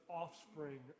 offspring